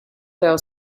fell